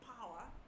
power